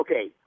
Okay